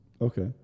okay